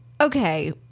Okay